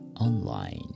online